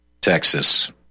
Texas